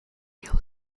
will